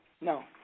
No